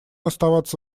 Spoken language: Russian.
оставаться